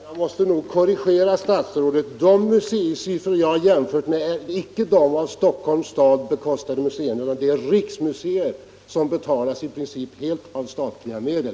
Herr talman! Jag måste nog korrigera statsrådet. De museisiffror jag jämfört med gäller icke de av Stockholms kommun bekostade museerna, utan jag har jämfört med riksmuseer, som betalas i princip helt med statliga medel.